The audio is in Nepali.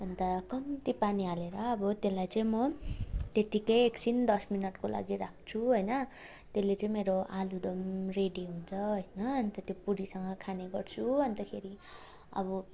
अन्त कम्ती पानी हालेर अब त्यसलाई चाहिँ म त्यतिकै एकछिन दस मिनटको लागि राख्छु होइन त्यसले चाहिँ मेरो आलुदम रेडी हुन्छ होइन अन्त त्यो पुरीसँग खाने गर्छु अन्तखेरि अब